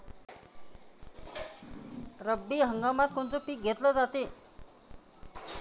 रब्बी हंगामात कोनचं पिक घेतलं जाते?